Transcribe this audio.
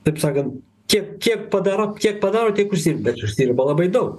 taip sakant kiek kiek padaro kiek padaro tiek užsidirba bet užsidirba labai daug